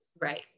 Right